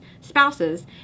spouses